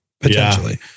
Potentially